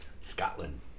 Scotland